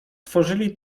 tworzyli